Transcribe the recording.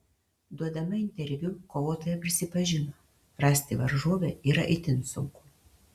duodama interviu kovotoja prisipažino rasti varžovę yra itin sunku